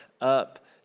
up